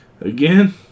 Again